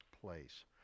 place